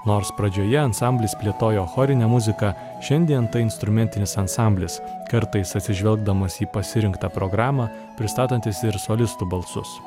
nors pradžioje ansamblis plėtojo chorinę muziką šiandien instrumentinis ansamblis kartais atsižvelgdamas į pasirinktą programą pristatantis ir solistų balsus